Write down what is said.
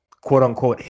quote-unquote